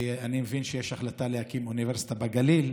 ואני מבין שיש החלטה להקים אוניברסיטה בגליל,